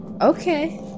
Okay